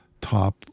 top